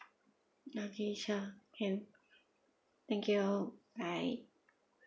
okay sure can thank you bye